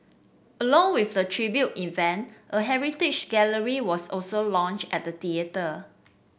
along with the tribute event a heritage gallery was also launched at the theatre